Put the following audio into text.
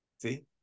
See